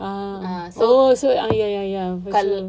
ah oh so ah ya ya ya